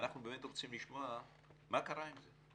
אנחנו באמת רוצים לשמוע מה קרה עם זה?